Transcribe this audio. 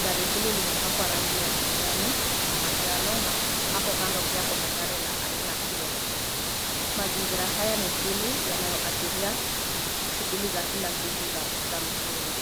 Gari hili limepakwa rangi ya kijani na manjano na hapo kando pia kuna gari la aina hiyo. Mazingira haya ni tuli yanayoashiria shughuli za kila siku za mjini.